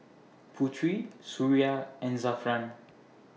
Putri Suria and Zafran